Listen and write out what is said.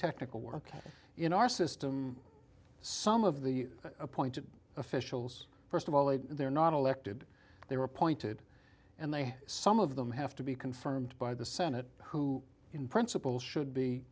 technical work in our system some of the appointed officials st of all they're not elected they were appointed and they have some of them have to be confirmed by the senate who in principle should be